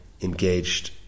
engaged